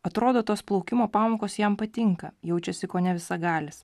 atrodo tos plaukimo pamokos jam patinka jaučiasi kone visagalis